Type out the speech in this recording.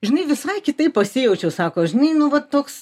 žinai visai kitaip pasijaučiau sako žinai nu va toks